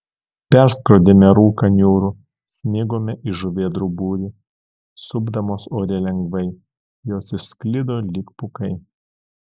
perskrodėme rūką niūrų smigome į žuvėdrų būrį supdamos ore lengvai jos išsklido lyg pūkai